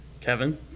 Kevin